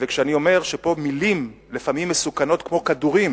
וכשאני אומר פה שמלים לפעמים מסוכנות כמו כדורים,